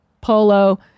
Polo